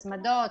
הצמדות,